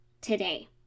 today